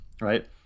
right